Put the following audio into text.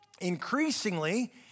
Increasingly